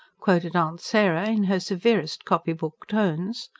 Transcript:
quoted aunt sarah in her severest copybook tones.